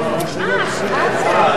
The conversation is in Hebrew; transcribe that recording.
מי נמנע?